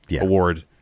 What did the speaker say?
award